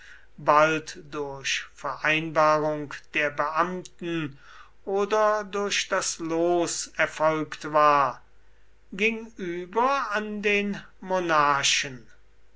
bald durch vereinbarung der beamten oder durch das los erfolgt war ging über an den